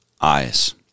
eyes